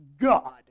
God